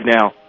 now